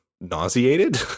nauseated